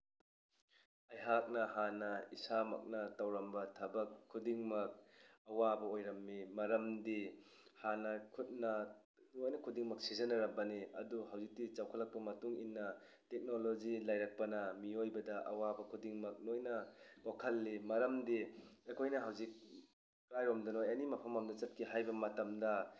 ꯑꯩꯍꯥꯛꯅ ꯍꯥꯟꯅ ꯏꯁꯥꯃꯛꯅ ꯇꯧꯔꯝꯕ ꯊꯕꯛ ꯈꯨꯗꯤꯡꯃꯛ ꯑꯋꯥꯕ ꯑꯣꯏꯔꯝꯃꯤ ꯃꯔꯝꯗꯤ ꯍꯥꯟꯅ ꯈꯨꯠꯅ ꯂꯣꯏꯅ ꯈꯨꯗꯤꯡꯃꯛ ꯁꯤꯖꯤꯟꯅꯔꯛꯄꯅꯤ ꯑꯗꯨ ꯍꯧꯖꯤꯛꯇꯤ ꯆꯥꯎꯈꯠꯂꯛꯄ ꯃꯇꯨꯡꯏꯟꯅ ꯇꯦꯛꯅꯣꯂꯣꯖꯤ ꯂꯩꯔꯛꯄꯅ ꯃꯤꯑꯣꯏꯕꯗ ꯑꯋꯥꯕ ꯈꯨꯗꯤꯡꯃꯛ ꯂꯣꯏꯅ ꯀꯣꯛꯍꯜꯂꯤ ꯃꯔꯝꯗꯤ ꯑꯩꯈꯣꯏꯅ ꯍꯧꯖꯤꯛ ꯀꯥꯏꯔꯣꯝꯗꯅꯣ ꯑꯦꯅꯤ ꯃꯐꯝ ꯑꯃꯗ ꯆꯠꯀꯦ ꯍꯥꯏꯕ ꯃꯇꯝꯗ